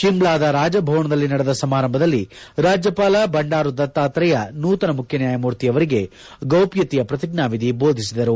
ಶಿಮ್ಲಾದ ರಾಜಭವನದಲ್ಲಿ ನಡೆದ ಸಮಾರಂಭದಲ್ಲಿ ರಾಜ್ಯಪಾಲ ಬಂಡಾರು ದತ್ತಾತ್ರೇಯ ನೂತನ ಮುಖ್ಯನ್ಯಾಯಮೂರ್ತಿಯವರಿಗೆ ಗೌಪ್ಟತೆಯ ಪ್ರತಿಜ್ವಾವಿಧಿ ದೋಧಿಸಿದರು